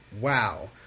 wow